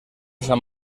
sant